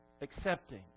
accepting